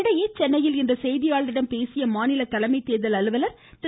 இதனிடையே சென்னையில் இன்று செய்தியாளர்களிடம் பேசிய மாநில தலைமை தேர்தல் அலுவலர் திரு